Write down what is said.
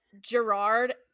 Gerard